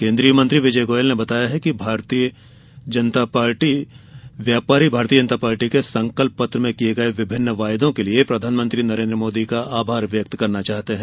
केंद्रीय मंत्री विजय गोयल ने कहा है कि व्यापारी भारतीय जनता पार्टी के संकल्प पत्र में किए गए विभिन्न वायदों के लिए प्रधानमंत्री नरेंद्र मोदी का आभार व्यक्त करना चाहते हैं